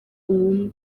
ubumwe